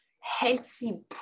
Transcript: healthy